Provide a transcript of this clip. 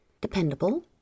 dependable